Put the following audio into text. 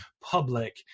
public